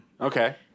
okay